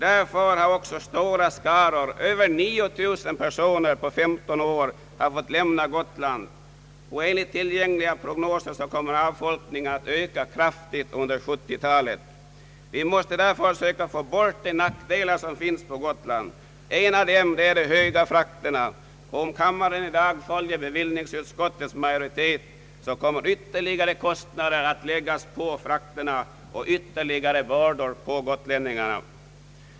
Därför har också stora skaror — över 9 000 personer — fått lämna Gotland under 135 år. Enligt tillgängliga prognoser kommer avfolkningen att öka kraftigt under 1970 talet. Vi måste därför söka få bort de nackdelar som finns på Gotland. En av dem är de höga fraktkostnaderna, och om kammaren i dag följer bevillningsutskottets majoritet kommer ytterligare kostnader att läggas på frakterna och därmed ytterligare bördor på gotlänningarna.